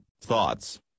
thoughts